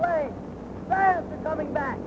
right back